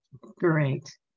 Great